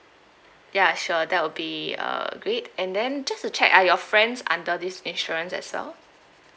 ya sure that will be uh great and then just to check are your friends under this insurance as well